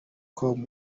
com